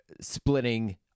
splitting